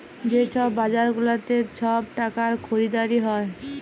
যে ছব বাজার গুলাতে ছব টাকার খরিদারি হ্যয়